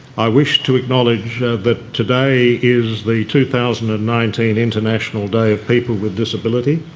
i wish to acknowledge that today is the two thousand and nineteen international day of people with disability.